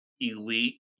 elite